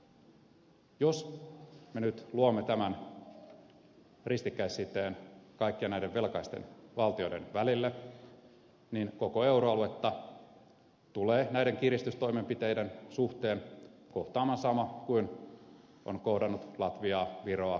jos me nyt luomme tämän ristikkäissiteen kaikkien näiden velkaisten valtioiden välille niin koko euroaluetta tulee näiden kiristystoimenpiteiden suhteen kohtaamaan sama kuin on kohdannut latviaa viroa irlantia